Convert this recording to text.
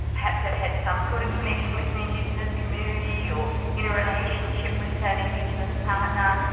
have had had some sort of connection with an indigenous community, or in a relationship with an indigenous partner,